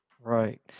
right